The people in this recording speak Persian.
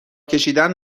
کشیدن